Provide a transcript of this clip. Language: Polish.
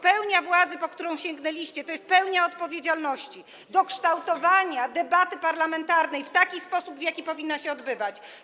Pełnia władzy, po którą sięgnęliście, to jest pełnia odpowiedzialności za kształtowanie debaty parlamentarnej w taki sposób, w jaki powinna się ona odbywać.